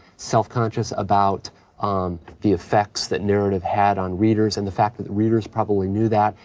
self-conscious about the effects that narrative had on readers and the fact that the readers probably knew that.